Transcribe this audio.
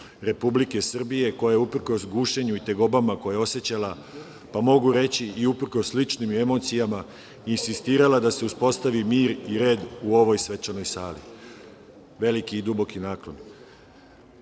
Republike Srbije, koja je uprkos gušenju i tegobama koje je osećala, pa mogu reći i uprkos ličnim emocijama, insistirala da se uspostavi mir i red u ovoj svečanoj sali, veliki i duboki